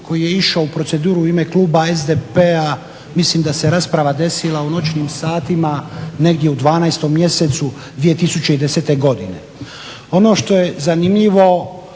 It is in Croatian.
koji je išao u proceduru u ime kluba SDP-a mislim da se rasprava desila u noćnim satima negdje u 12. mjesecu 2010. godine. Ono što je zanimljivo